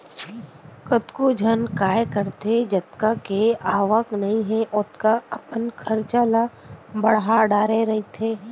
कतको झन काय करथे जतका के आवक नइ हे ओतका अपन खरचा ल बड़हा डरे रहिथे